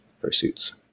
pursuits